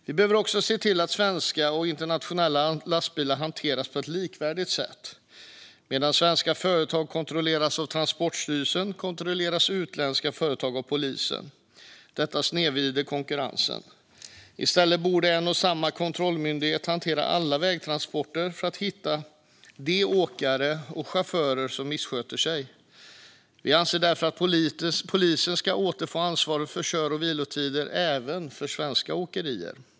Vi behöver också se till att svenska och internationella lastbilar hanteras på ett likvärdigt sätt. Medan svenska företag kontrolleras av Transportstyrelsen kontrolleras utländska företag av polisen. Detta snedvrider konkurrensen. I stället borde en och samma kontrollmyndighet hantera alla vägtransporter för att hitta de åkare och chaufförer som missköter sig. Vi anser därför att polisen ska återfå ansvaret för kör och vilotidskontroller även för svenska åkerier.